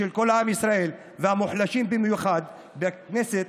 של כל עם ישראל ושל המוחלשים במיוחד בכנסת,